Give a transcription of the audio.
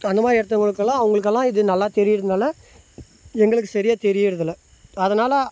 அந்த மாதிரி இடத்துல இருக்கிறவங்களுக்குலாம் அவங்களுக்குலாம் இது நல்லா தெரியிறதுனால் எங்களுக்கு சரியாக தெரியிறது இல்லை அதனால்